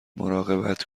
مراقبت